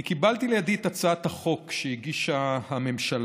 אני קיבלתי לידי את הצעת החוק שהגישה הממשלה